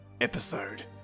episode